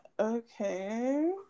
okay